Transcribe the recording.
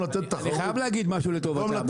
אני חייב להגיד משהו לטובתם,